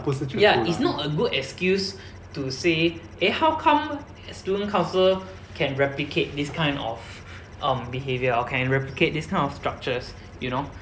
ya it's not a good excuse to say eh how come student council can replicate this kind of um behavior or can replicate this kind of structures you know